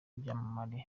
n’ibyamamare